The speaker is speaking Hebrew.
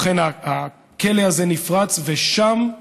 ובכן, הכלא הזה נפרץ, ושם,